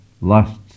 lusts